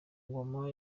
ngoma